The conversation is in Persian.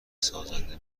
سازنده